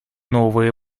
новые